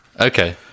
Okay